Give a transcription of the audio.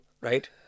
right